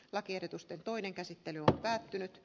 akertusta toinen käsittely on päättynyt